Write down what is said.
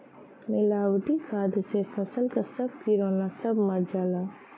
मिलावटी खाद से फसल क सब किरौना सब मर जाला